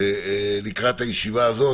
לקראת הישיבה הזו,